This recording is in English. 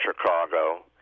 Chicago